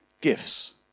gifts